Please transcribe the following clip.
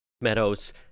meadows